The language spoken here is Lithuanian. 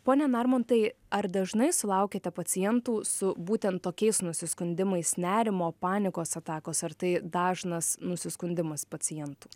pone narmontai ar dažnai sulaukiate pacientų su būten tokiais nusiskundimais nerimo panikos atakos ar tai dažnas nusiskundimas pacientų